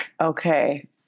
Okay